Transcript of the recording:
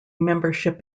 membership